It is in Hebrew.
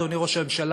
אדוני ראש הממשלה,